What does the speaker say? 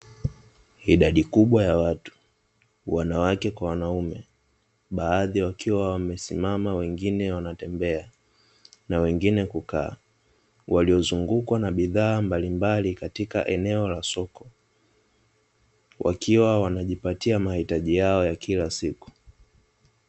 Idadi kubwa ya watu, wanawake kwa wanaume, baadhi wakiwa wamesimama, wengine wanatembea na wengine kukaa, waliozungukwa na bidhaa mbalimbali katika eneo la soko, wakiwa wanajipatia mahitaji yao ya kila siku.